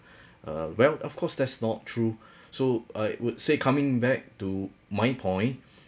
uh well of course that's not true so I would say coming back to my point